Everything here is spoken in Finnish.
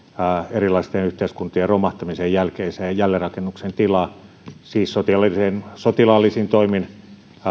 erilaisten yhteiskuntien romahtamisen jälkeiseen jälleenrakennuksen tilaan siis sotilaallisin toimin